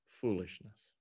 foolishness